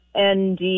ND